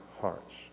hearts